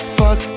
fuck